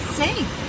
safe